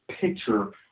picture